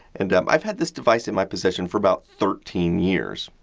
and, um i've had this device in my possession for about thirteen years,